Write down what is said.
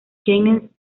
kenneth